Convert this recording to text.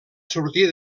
sortir